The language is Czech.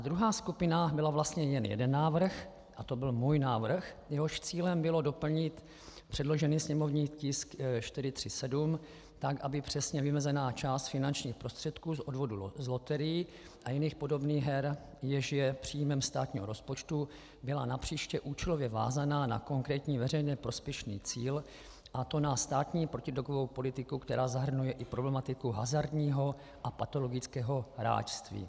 Druhá skupina byl vlastně jen jeden návrh a to byl můj návrh, jehož cílem bylo doplnit předložený sněmovní tisk 437 tak, aby přesně vymezená část finančních prostředků z odvodu z loterií a jiných podobných her, jež je příjmem státního rozpočtu, byla napříště účelově vázaná na konkrétní veřejně prospěšný cíl, a to na státní protidrogovou politiku, která zahrnuje i problematiku hazardního a patologického hráčství.